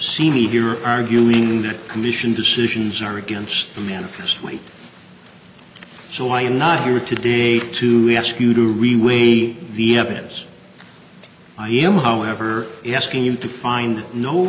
see me here arguing that commission decisions are against the manifest weight so i am not here today to ask you to re wait the evidence i am however asking you to find